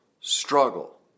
struggle